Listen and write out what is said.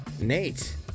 nate